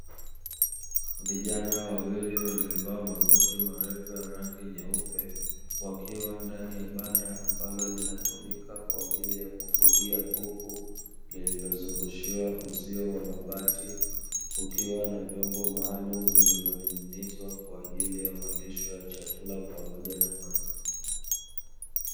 Vijana wawili waliovaa makoti marefu ya rangi nyeupe wakiwa ndani ya banda ambalo linatumika kwa ajili ya kufugia kuku lililozungushiwa uzio wa mabati, kukiwa na vyombo maalumu vilivyoningzwa kwa ajili ya malisho ya chakula pamoja na maji.